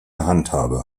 handhabe